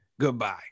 Goodbye